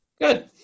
Good